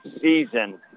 season